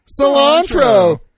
Cilantro